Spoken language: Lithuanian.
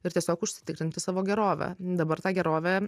ir tiesiog užsitikrinti savo gerovę dabar ta gerove